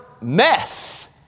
mess